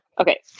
Okay